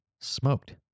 Smoked